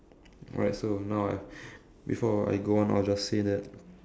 alright so now I before I go on I'll just say that